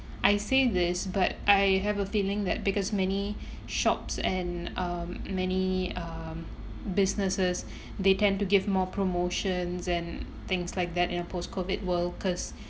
I say this but I have a feeling that because many shops and um many um businesses they tend to give more promotions and things like that in a post-COVID world cause